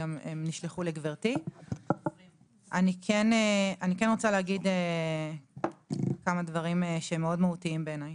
אני כן רוצה לומר כמה דברים שהם מאוד מהותיים בעיניי.